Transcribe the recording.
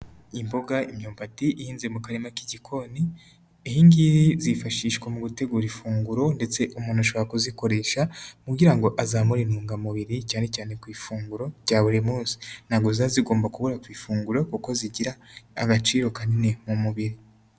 Imboga, imyumbati ihinze mu karima k'igikoni, iyi ngiyi zifashishwa mu gutegura ifunguro ndetse umuntu ashobora kuzikoresha kugira ngo azamure intungamubiri cyane cyane ku ifunguro rya buri munsi, ntabwo ziba zigomba kubura ku ifunguro kuko zigira agaciro kanini mu mubiri.